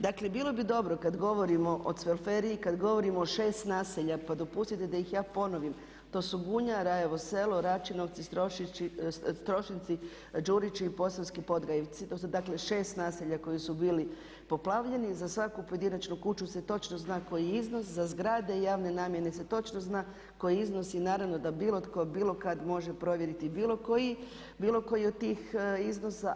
Dakle, bilo bi dobro kad govorimo o Cvelferiji, kad govorimo o 6 naselja pa dopustite da ih ja ponovim, to su Gunja, Rajevo Selo, Račinovci, Strošinci, Đurići i Posavski Podgajevci, to su dakle šest naselja koji su bili poplavljeni i za svaku pojedinačnu kuću se točno zna koji je iznos, za zgrade i javne namjene se točno zna koji je iznos i naravno da bilo tko, bilo kad može provjeriti bilo koji od tih iznosa.